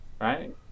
right